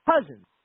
cousins